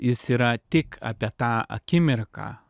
jis yra tik apie tą akimirką